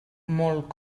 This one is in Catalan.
molt